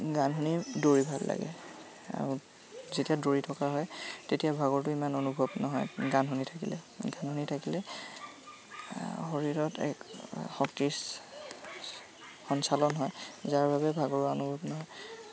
গান শুনি দৌৰি ভাল লাগে আৰু যেতিয়া দৌৰি থকা হয় তেতিয়া ভাগৰটো ইমান অনুভৱ নহয় গান শুনি থাকিলে গান শুনি থাকিলে শৰীৰত এক শক্তি শ সঞ্চালন হয় যাৰ বাবে ভাগৰুৱা অনুভৱ নহয়